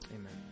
amen